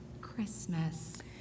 Christmas